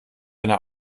eine